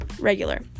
regular